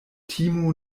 timu